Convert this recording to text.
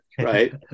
right